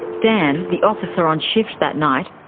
dan, the officer on shift that night,